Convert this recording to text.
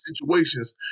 situations